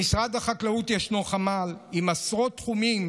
במשרד החקלאות יש חמ"ל עם עשרות תחומים